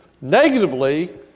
Negatively